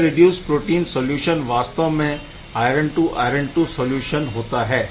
यह reduced protein solution वास्तव में iron II iron II solution होता है